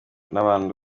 n’abandi